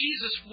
jesus